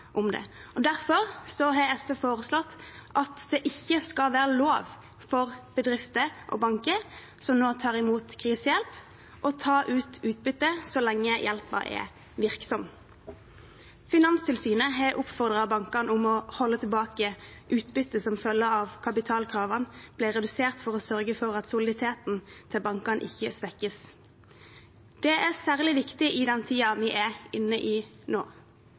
om det. Derfor har SV foreslått at det ikke skal være lov for bedrifter og banker som nå tar imot krisehjelp, å ta ut utbytte så lenge hjelpen er virksom. Finanstilsynet har oppfordret bankene til å holde tilbake utbytte som følge av at kapitalkravene ble redusert for å sørge for at soliditeten til bankene ikke svekkes. Det er særlig viktig i den tiden vi er inne i nå.